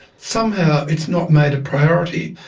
somehow it's not made a priority.